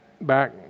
back